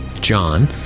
john